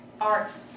arts